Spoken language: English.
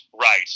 right